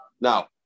Now